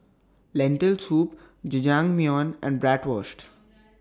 Lentil Soup Jajangmyeon and Bratwurst